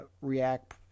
react